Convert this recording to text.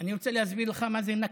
אני רוצה להסביר לך מה זה נכבה,